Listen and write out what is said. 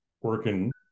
working